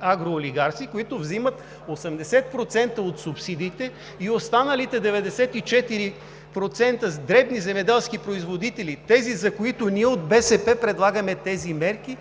агроолигарси, които взимат 80% от субсидиите, и останалите 94% дребни земеделски производители – тези, за които ние от БСП предлагаме тези мерки,